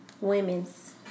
Women's